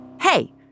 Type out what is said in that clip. Hey